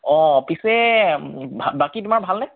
অঁ পিছে ভা বাকী তোমাৰ ভালনে